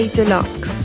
Deluxe